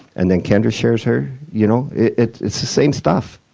and then kendra shares her, you know it's it's the same stuff.